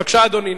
בבקשה, אדוני.